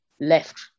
left